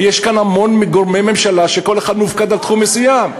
יש כאן המון גורמי ממשלה וכל אחד מופקד על תחום מסוים,